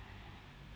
mm